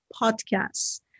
podcasts